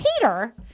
Peter